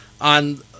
on